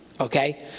Okay